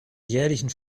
jährlichen